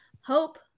hope